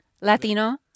Latino